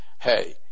hey